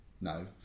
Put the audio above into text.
No